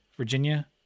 Virginia